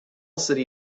city